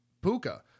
puka